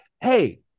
hey